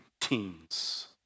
teens